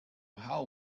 how